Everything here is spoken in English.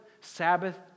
Sabbath